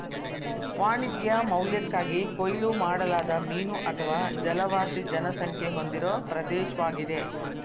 ವಾಣಿಜ್ಯ ಮೌಲ್ಯಕ್ಕಾಗಿ ಕೊಯ್ಲು ಮಾಡಲಾದ ಮೀನು ಅಥವಾ ಜಲವಾಸಿ ಜನಸಂಖ್ಯೆ ಹೊಂದಿರೋ ಪ್ರದೇಶ್ವಾಗಿದೆ